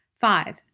Five